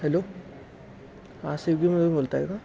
hello हां स्विगीमधून बोलत आहे का